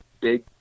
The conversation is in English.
big